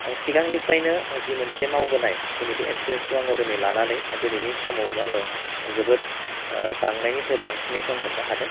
आं सिगांनिफ्रानो जि मोनसे मावबोनाय दिनै बे एक्सफिरेनसखौ आङो दिनै लानानै दिनैनि समाव आङो जोबोर बांनायनिफ्राय बांसिननायखौ आं मोननो हादों